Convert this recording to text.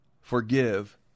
forgive